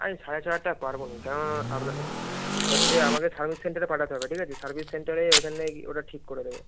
আমি সাড়ে ছ হাজার টাকা পারবো না কেন আপনার হচ্ছে আমাকে সার্ভিস সেন্টারে পাঠাতে হবে ঠিক আছে সার্ভিস সেন্টারেই ওইখানে ওটা ঠিক করে দেবে